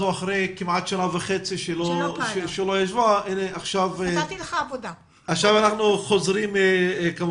הוועדה הזו לא פעלה כמעט שנה וחצי ועכשיו אנחנו חוזרים כמובן.